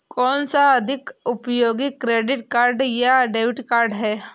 कौनसा अधिक उपयोगी क्रेडिट कार्ड या डेबिट कार्ड है?